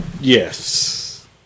Yes